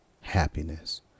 happiness